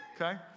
Okay